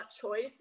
choice